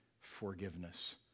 forgiveness